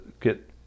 get